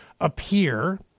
appear